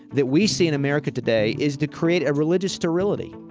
that we see in america today is to create a religious sterility.